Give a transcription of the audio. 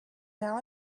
now